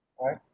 right